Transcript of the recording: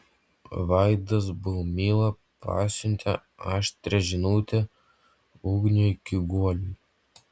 vaidas baumila pasiuntė aštrią žinutę ugniui kiguoliui